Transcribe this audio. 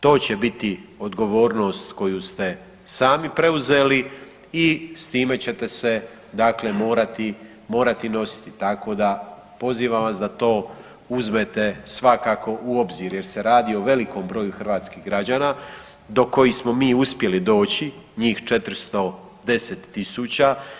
To će biti odgovornost koju ste sami preuzeli i s time ćete se morati nositi, tako da pozivam vas da to uzmete svakako u obzir jer se radi o velikom broju hrvatskih građana do kojih smo mi uspjeli doći, njih 410.000.